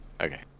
Okay